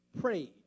prayed